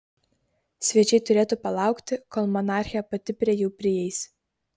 svečiai turėtų palaukti kol monarchė pati prie jų prieis